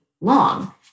long